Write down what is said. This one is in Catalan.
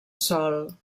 sol